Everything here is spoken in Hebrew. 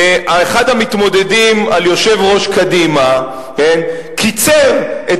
אחד המתמודדים על תפקיד יושב-ראש קדימה קיצר את